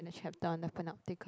chapter on the Panopticon